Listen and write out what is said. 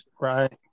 Right